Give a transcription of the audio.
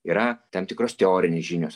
yra tam tikros teorinės žinios